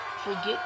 Forget